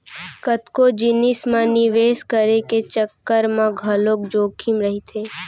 कतको जिनिस म निवेस करे के चक्कर म घलोक जोखिम रहिथे